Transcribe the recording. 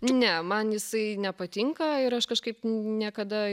ne man jisai nepatinka ir aš kažkaip niekada